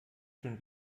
schon